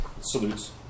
salutes